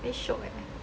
very shiok eh